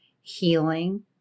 healing